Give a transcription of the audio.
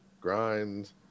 grind